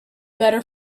better